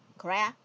correct ah